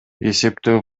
эсептөө